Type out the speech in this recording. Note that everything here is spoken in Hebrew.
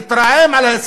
מתל-אביב ולא להרוס